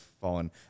fallen